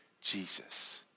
Jesus